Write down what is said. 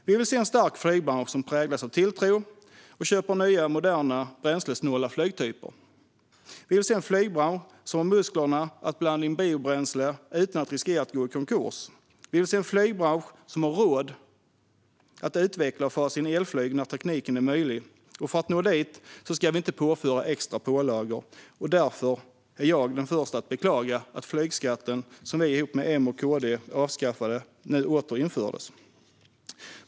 Vi vill se en stark flygbransch som präglas av tilltro och som köper nya och moderna bränslesnåla flygtyper. Vi vill se en flygbransch som har musklerna att blanda in biobränsle utan att riskera att gå i konkurs. Vi vill se en flygbransch som har råd att utveckla och fasa in elflyg när tekniken är möjlig. För att branschen ska kunna nå dit ska vi inte påföra extra pålagor. Därför är jag den första att beklaga att flygskatten, som vi ihop med M och KD avskaffade, nu åter infördes.